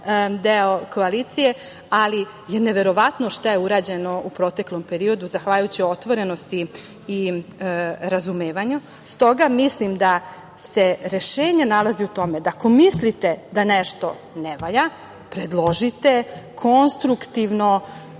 deo koalicije, ali je neverovatno što je urađeno u proteklom periodu zahvaljujući otvorenosti i razumevanju.S toga, mislim da se rešenje nalazi u tome da ako mislite da nešto ne valja, predložite konstruktivno,